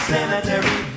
Cemetery